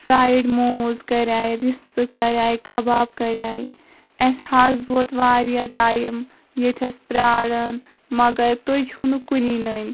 fried momos کریایہِ رِستہٕ کریایہِ کباب کریایہِ اسہِ حظ ووت واریاہ ٹایم ییٚتٮ۪س پراران مگر تُہۍ چھِو نہٕ کُنی نٔنۍ